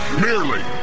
merely